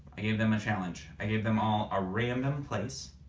i gave them a challenge. i gave them all a random place,